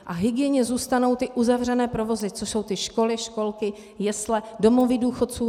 A hygieně zůstanou uzavřené provozy, což jsou školy, školky, jesle, domovy důchodců.